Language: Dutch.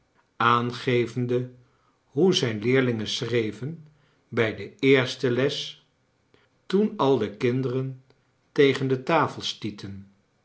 aangevende hoe zijn leerlingen schreven bij de eerste les toen al de kinderen tegen de tafel